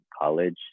college